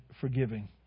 forgiving